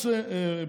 אבל מה עושה בנט?